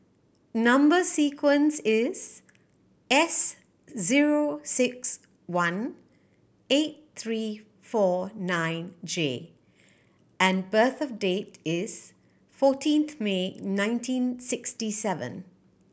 number sequence is S zero six one eight three four nine J and birth date is fourteen May nineteen sixty seven